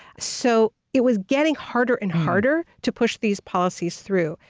so, it was getting harder and harder to push these policies through.